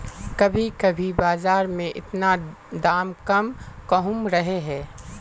कभी कभी बाजार में इतना दाम कम कहुम रहे है?